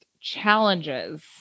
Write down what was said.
challenges